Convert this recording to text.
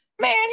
Man